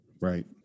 Right